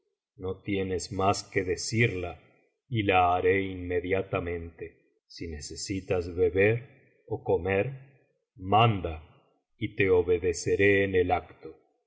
no tienes mas que decirla y la haré inmediatamente si necesitas beber ó comer manda y te obedeceré en el acto